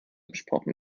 gesprochen